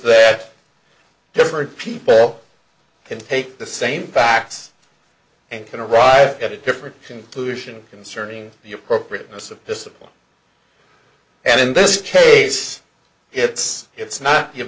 that different people can take the same facts and can arrive at a different conclusion concerning the appropriateness of discipline and in this case it's it's not y